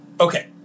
Okay